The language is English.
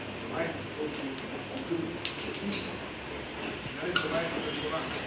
the light is supposed to introduce peace, and that is the light of the torah.